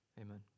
Amen